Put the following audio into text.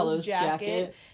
Jacket